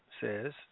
says